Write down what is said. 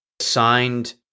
signed